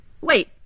wait